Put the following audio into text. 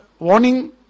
Warning